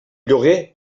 lloguer